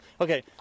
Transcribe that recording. Okay